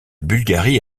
bulgarie